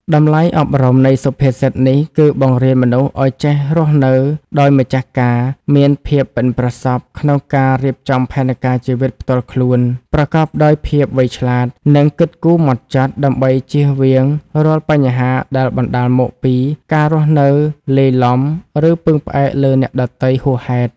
តម្លៃអប់រំនៃសុភាសិតនេះ គឺបង្រៀនមនុស្សឲ្យចេះរស់នៅដោយម្ចាស់ការ មានភាពប៉ិនប្រសប់ក្នុងការរៀបចំផែនការជីវិតផ្ទាល់ខ្លួន ប្រកបដោយភាពវៃឆ្លាត និងគិតគូរហ្មត់ចត់ ដើម្បីចៀសវាងរាល់បញ្ហាដែលបណ្ដាលមកពីការរស់នៅលាយឡំ ឬពឹងផ្អែកលើអ្នកដទៃហួសហេតុ។